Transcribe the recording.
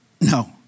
No